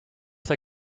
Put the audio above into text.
the